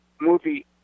movie